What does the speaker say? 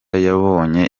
yabonye